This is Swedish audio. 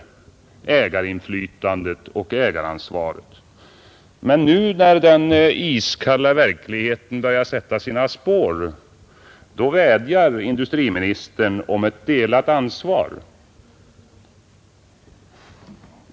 erfarenheterna ägarinflytandet och ägaransvaret. av försöken att vidga Men nu, när den iskalla verkligheten börjar sätta sina spår, vädjar den statliga företagindustriministern om delat ansvar.